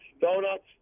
Donuts